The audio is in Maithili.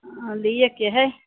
हँ लियैके हइ